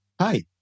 Hi